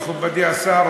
מכובדי השר,